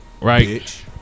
right